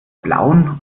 blauen